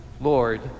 Lord